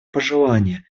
пожелание